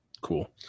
cool